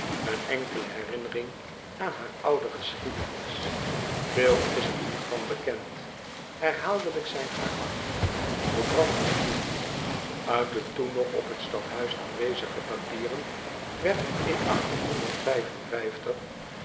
een enkele herinnering aan haar oude geschiedenis eel is er niet van bekend erhaaldelijk zijn haar archieven door brand vernield it de toen nog op t stadhuis aanwezige papieren werd in